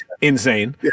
insane